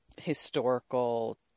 historical